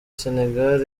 sénégal